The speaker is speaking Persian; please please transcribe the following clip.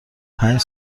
پنج